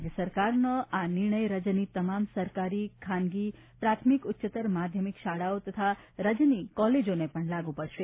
રાજ્ય સરકારનો આ નિર્ણય રાજ્યની તમામ સરકારી ખાનગી પ્રાથમિક ઉચ્ચત્તર માધ્યમિક શાળાઓ તથા રાજ્યની કોલેજોને પણ લાગુ પડશે